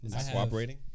cooperating